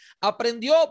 Aprendió